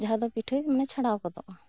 ᱡᱟᱦᱟ ᱫᱚ ᱯᱤᱴᱷᱟᱹᱭ ᱢᱮ ᱪᱷᱟᱲᱟᱣ ᱜᱚᱫᱚᱜ ᱟ